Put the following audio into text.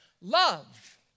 Love